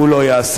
הוא לא יעשה.